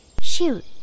Shoot